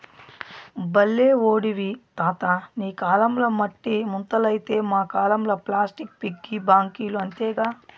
బల్లే ఓడివి తాతా నీ కాలంల మట్టి ముంతలైతే మా కాలంల ప్లాస్టిక్ పిగ్గీ బాంకీలు అంతేగా